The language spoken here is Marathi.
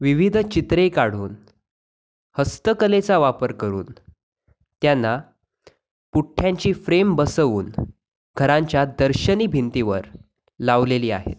विविध चित्रे काढून हस्तकलेचा वापर करून त्यांना पुठ्ठ्यांची फ्रेम बसवून घरांच्या दर्शनी भिंतीवर लावलेली आहेत